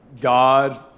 God